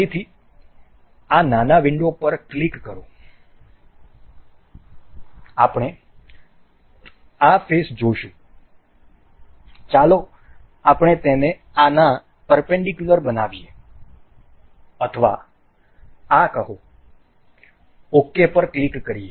ફરીથી આ નાના વિંડો પર ક્લિક કરો આપણે આ ફેસ જોશું ચાલો આપણે તેને આના પરપેન્ડીકુલર બનાવીએ અથવા આ કહો ok પર ક્લિક કરીએ